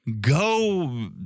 go